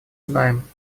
знаем